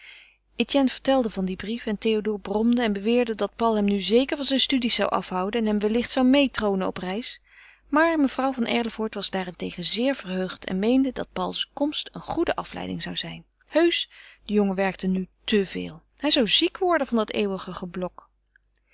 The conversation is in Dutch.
etienne vertelde van den brief en théodore bromde en beweerde dat paul hem nu zeker van zijn studies zou afhouden en hem wellicht zou meetroonen op reis maar mevrouw van erlevoort was daarentegen zeer verheugd en meende dat pauls komst een goede afleiding zou zijn heusch de jongen werkte nu te veel hij zou ziek worden van dat eeuwige geblok